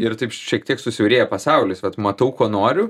ir taip šiek tiek susiaurėja pasaulis vat matau ko noriu